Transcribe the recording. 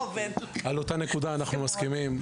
על אותה נקודה אנחנו מסכימים.